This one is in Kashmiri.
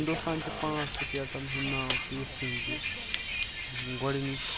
ہِندوستانچہِ پانٛژھ سٹیٹَن ہُنٛد ناو چھُ یِتھ کنۍ زِ گۄڈنِچ